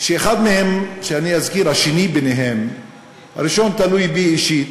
ואני אזכיר: הראשון תלוי בי אישית,